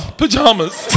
pajamas